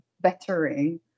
bettering